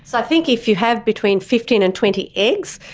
so think if you have between fifteen and twenty eggs,